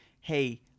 hey